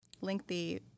lengthy